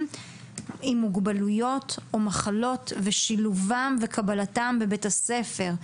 עם מוגבלויות או מחלות ושילובם וקבלתם בבתי הספר,